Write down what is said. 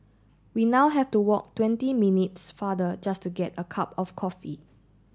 we now have to walk twenty minutes farther just to get a cup of coffee